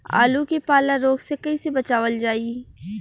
आलू के पाला रोग से कईसे बचावल जाई?